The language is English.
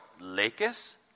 Lakes